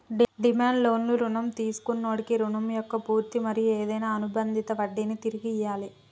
demand లోన్లు రుణం తీసుకొన్నోడి రుణం మొక్క పూర్తి మరియు ఏదైనా అనుబందిత వడ్డినీ తిరిగి ఇయ్యాలి